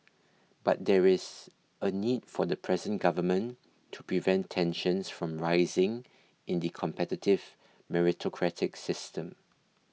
but there is a need for the present government to prevent tensions from rising in the competitive meritocratic system